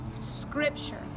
scripture